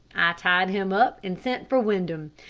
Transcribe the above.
i tied him up and sent for windham.